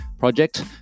project